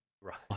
Right